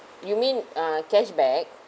you mean uh cashback